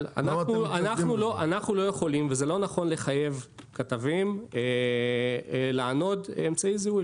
אנחנו לא יכולים וזה לא נכון לחייב כתבים לענוד אמצעי זיהוי.